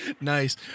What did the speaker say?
nice